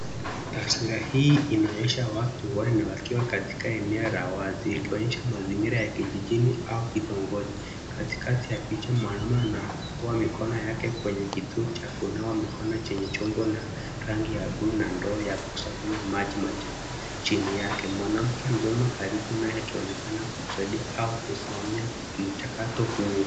Taswira hizi inaonyesha watu wanne wakiwa katika eneo la wazi ikionyesha mazingira ya kijijini au kitongoji. Katikati ya picha mwanaume anafua mikono yake kwenye kituo cha kunawa mikono chenye chombo na rangi bluu na ndoo ya kukusanyia maji machafu chini yake. Mwanamke mzima karibu naye akionekana kumsaidia au kusimamia mchakato huo.